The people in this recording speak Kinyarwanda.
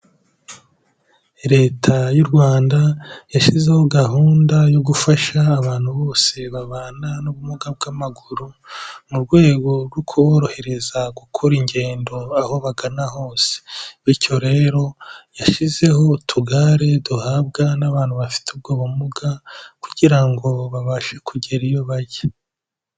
Leta y'u Rwanda yashyizeho gahunda yo gufasha abantu bose babana n'ubumuga bw'amaguru mu rwego rwo kuborohereza gukora ingendo aho bagana hose, bityo rero yashyizeho utugare duhabwa n'abantu bafite ubwo bumuga kugira ngo babashe kugera iyo bajya.